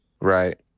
right